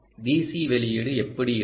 DC வெளியீடு எப்படி இருக்கும்